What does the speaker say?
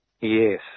Yes